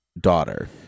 daughter